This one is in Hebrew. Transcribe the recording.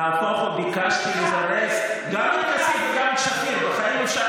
ביקשתי לזרז גם את כסיף וגם את שפיר.